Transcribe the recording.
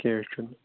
کیٚنٛہہ حظ چھُنہٕ